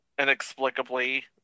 inexplicably